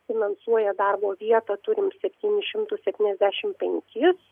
finansuoja darbo vietą turime septynis šimtus septyniasdešimt penkis